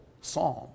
Psalm